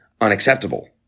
unacceptable